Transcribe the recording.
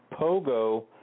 Pogo